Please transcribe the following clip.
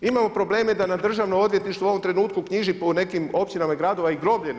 Imamo probleme da na Državno odvjetništvo u ovom trenutku knjiži po nekim općinama i gradovima i groblje na RH.